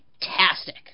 fantastic